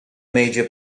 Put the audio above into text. major